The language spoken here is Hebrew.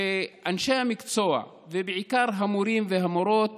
שאנשי המקצוע, ובעיקר המורים והמורות